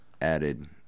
added